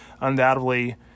undoubtedly